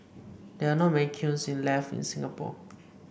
there are not many kilns left in Singapore